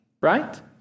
right